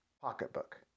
pocketbook